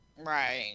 Right